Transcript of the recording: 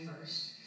first